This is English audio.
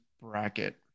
bracket